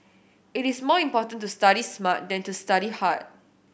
it is more important to study smart than to study hard